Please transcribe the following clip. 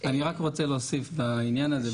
אני רק רוצה להוסיף בעניין הזה.